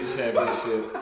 Championship